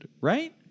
right